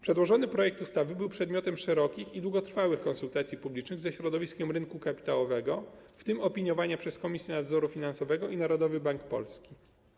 Przedłożony projekt ustawy był przedmiotem szerokich i długotrwałych konsultacji publicznych ze środowiskiem rynku kapitałowego, w tym opiniowania przez Komisję Nadzoru Finansowego i Narodowy Bank Polski.